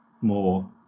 more